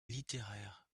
littéraires